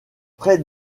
près